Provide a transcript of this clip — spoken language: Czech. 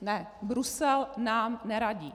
Ne, Brusel nám neradí.